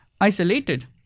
isolated